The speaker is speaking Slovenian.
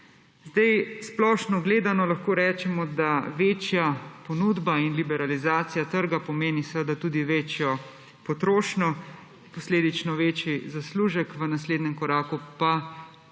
Splošno gledano lahko rečemo, da večja ponudba in liberalizacija trga pomenita tudi večjo potrošnjo, posledično večji zaslužek, v naslednjem koraku pa,